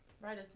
Right